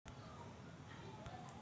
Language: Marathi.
नाग अळीचं लक्षण कोनचं?